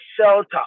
shelter